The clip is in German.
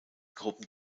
gruppen